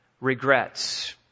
regrets